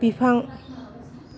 बिफां